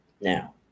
Now